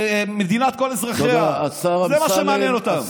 של מדינת כל אזרחיה, זה מה שמעניין אותם.